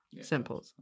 Simple